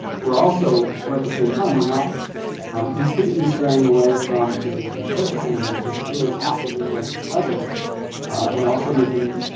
we're also. where at the same time we're not i'm completely straying away from physician focused interventions but really packaging them together and also making